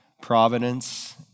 providence